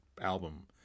album